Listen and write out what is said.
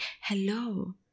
hello